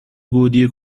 گودی